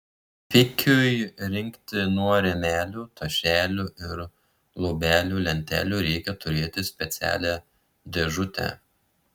pikiui rinkti nuo rėmelių tašelių ir luobelių lentelių reikia turėti specialią dėžutę